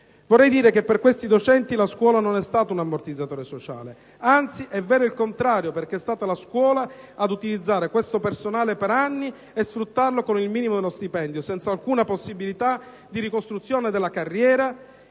Vorrei dire che per questi docenti la scuola non è stata un ammortizzatore sociale: anzi, è vero il contrario, perché è stata la scuola ad utilizzare questo personale per anni e a sfruttarlo con il minimo dello stipendio, senza alcuna possibilità di ricostruzione della carriera